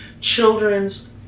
children's